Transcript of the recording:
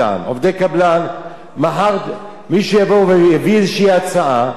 מחר מישהו יבוא ויביא איזו הצעה שעובדי קבלן,